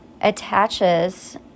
attaches